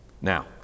now